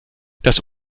das